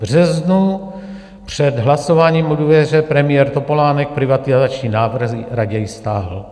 V březnu před hlasováním o důvěře premiér Topolánek privatizační návrhy raději stáhl.